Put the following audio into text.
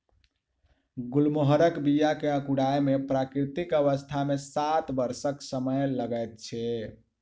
गुलमोहरक बीया के अंकुराय मे प्राकृतिक अवस्था मे सात वर्षक समय लगैत छै